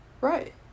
Right